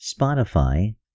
Spotify